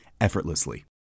effortlessly